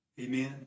Amen